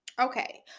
Okay